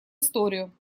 историю